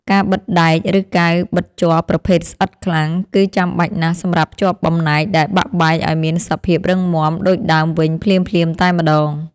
កាវបិទដែក ឬកាវបិទជ័រប្រភេទស្អិតខ្លាំង គឺចាំបាច់ណាស់សម្រាប់ភ្ជាប់បំណែកដែលបាក់បែកឱ្យមានសភាពរឹងមាំដូចដើមវិញភ្លាមៗតែម្តង។